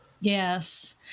Yes